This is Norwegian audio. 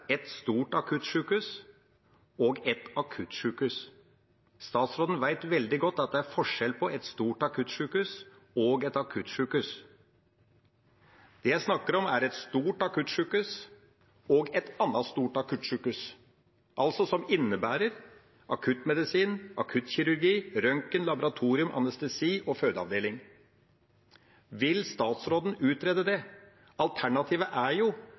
forskjell på et stort akuttsykehus og et akuttsykehus. Det jeg snakker om, er et stort akuttsykehus og et annet stort akuttsykehus, som altså innebærer akuttmedisin, akuttkirurgi, røntgen, laboratorium, anestesi og fødeavdeling. Vil statsråden utrede det? Alternativet er